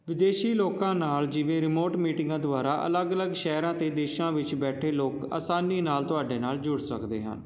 ਵਿਦੇਸ਼ੀ ਲੋਕਾਂ ਨਾਲ ਜਿਵੇਂ ਰਿਮੋਟ ਮੀਟਿੰਗਾਂ ਦੁਆਰਾ ਅਲੱਗ ਅਲੱਗ ਸ਼ਹਿਰਾਂ ਅਤੇ ਦੇਸ਼ਾਂ ਵਿੱਚ ਬੈਠੇ ਲੋਕ ਆਸਾਨੀ ਨਾਲ ਤੁਹਾਡੇ ਨਾਲ ਜੁੜ ਸਕਦੇ ਹਨ